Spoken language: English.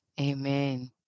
Amen